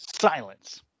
silence